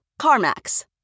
CarMax